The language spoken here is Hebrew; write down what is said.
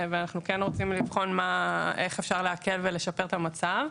ואנחנו רוצים לבחון איך אפשר להקל ולשפר את המצב.